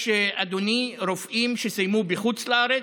יש, אדוני, רופאים שסיימו בחוץ לארץ,